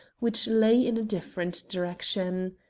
which lay in a different direction.